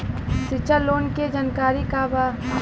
शिक्षा लोन के जानकारी का बा?